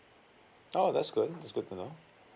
oh that's good that's good to know